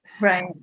Right